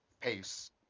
pace